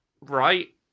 right